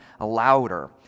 louder